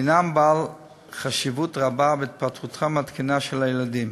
הם בעלי חשיבות רבה בהתפתחותם התקינה של הילדים.